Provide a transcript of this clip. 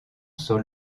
sur